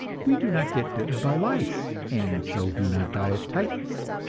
we do not get bitten by lice, and so do not die of typhus.